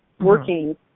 working